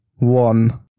One